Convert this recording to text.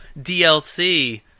DLC